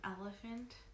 elephant